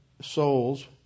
souls